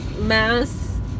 mass